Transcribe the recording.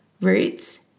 roots